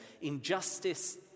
Injustice